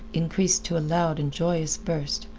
increased to a loud and joyous burst,